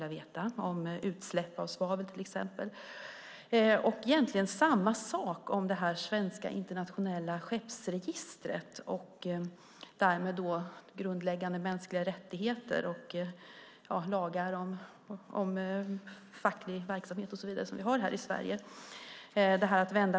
Jag undrar egentligen samma sak när det gäller det svenska internationella skeppsregistret, grundläggande mänskliga rättigheter och de lagar vi har för facklig verksamhet.